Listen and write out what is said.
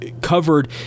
covered